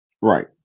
Right